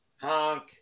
honk